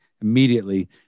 immediately